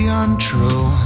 untrue